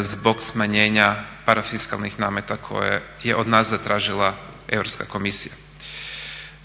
zbog smanjenja parafiskalnih nameta koje je od nas zatražila Europska komisija.